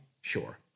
sure